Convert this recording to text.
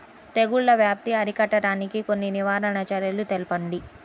తెగుళ్ల వ్యాప్తి అరికట్టడానికి కొన్ని నివారణ చర్యలు తెలుపండి?